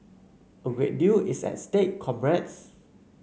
a great deal is at stake comrades